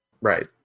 Right